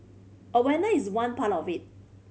awareness is one part of it